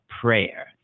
prayer